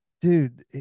dude